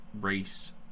race